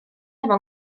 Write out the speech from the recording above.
efo